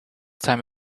time